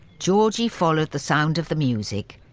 georgie followed the sound of the music,